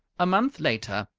a month later,